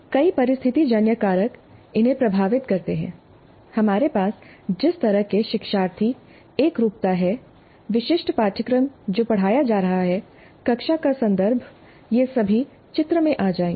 कई परिस्थितिजन्य कारक इन्हें प्रभावित करते हैं हमारे पास जिस तरह के शिक्षार्थीएकरूपता है विशिष्ट पाठ्यक्रम जो पढ़ाया जा रहा है कक्षा का संदर्भ ये सभी चित्र में आ जाएंगे